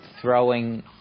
throwing